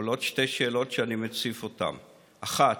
עולות שתי שאלות שאני מציף אותן: אחת,